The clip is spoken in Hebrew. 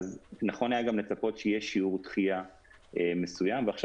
נכון היה גם לצפות שיהיה שיעור דחיה מסוים ועכשיו